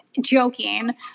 joking